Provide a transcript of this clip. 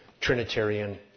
Trinitarian